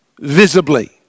visibly